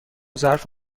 ظرف